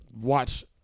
watch